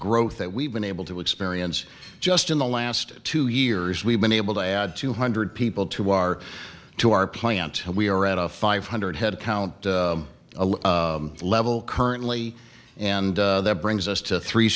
growth that we've been able to experience just in the last two years we've been able to add to her hundred people to our to our plant we are at a five hundred headcount level currently and that brings us to three